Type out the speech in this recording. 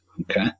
Okay